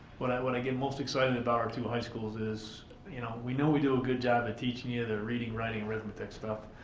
what i what i get most excited about our two high schools is you know we know we do a good job of teaching you the reading, writing, and arithmetic stuff,